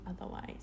otherwise